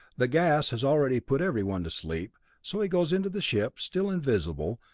the gas has already put everyone to sleep, so he goes into the ship, still invisible,